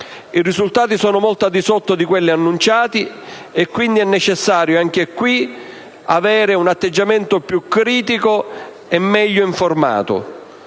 I risultati sono molto al di sotto di quelli annunciati, quindi è necessario anche in questo caso assumere un atteggiamento più critico è meglio informato.